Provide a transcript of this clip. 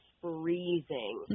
freezing